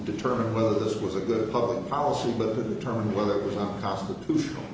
determine whether this was a good public policy the determine whether it was unconstitutional